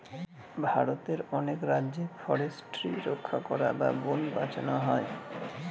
ভারতের অনেক রাজ্যে ফরেস্ট্রি রক্ষা করা বা বোন বাঁচানো হয়